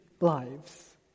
lives